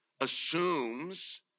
assumes